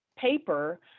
paper